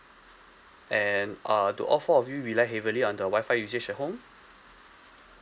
and err do all four of you rely heavily on the wi-fi usage at home